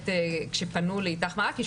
וכשפנו ל"אית"ך מעכי",